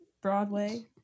Broadway